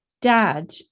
dad